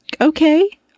okay